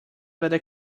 vede